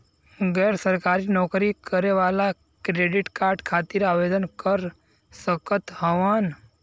गैर सरकारी नौकरी करें वाला क्रेडिट कार्ड खातिर आवेदन कर सकत हवन?